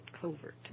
covert